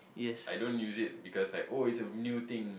I don't use it because I oh it's a new thing